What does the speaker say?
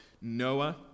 Noah